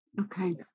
Okay